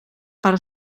per